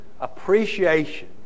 appreciation